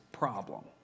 problem